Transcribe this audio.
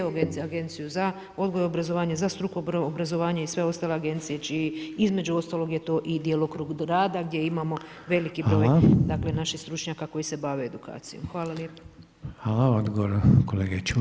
Agenciju za odgoj i obrazovanje, za strukovno obrazovanje i sve ostale agencije čiji između ostalog je to i djelokrug rada gdje imamo veliki broj dakle naših stručnjaka koji se bave edukacijom.